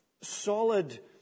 solid